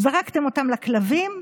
זרקתם אותם לכלבים?